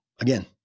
Again